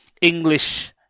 English